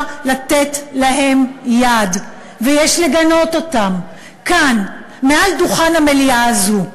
לתת להן יד ויש לגנות אותן כאן מעל דוכן המליאה הזו.